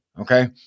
okay